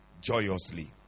joyously